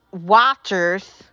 watchers